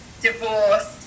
divorced